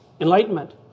Enlightenment